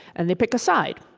and they pick a side.